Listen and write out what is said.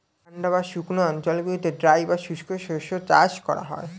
ঠান্ডা বা শুকনো অঞ্চলগুলিতে ড্রাই বা শুষ্ক শস্য চাষ করা হয়